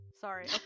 Sorry